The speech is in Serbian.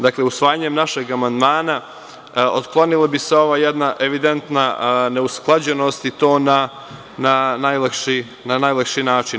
Dakle, usvajanjem našeg amandmana otklonila bi se ova jedna evidentna neusklađenost i to na najlakši način.